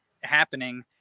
happening